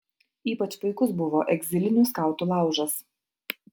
ypač puikus buvo egzilinių skautų laužas